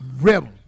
rebel